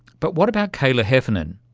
but what about kayla heffernan?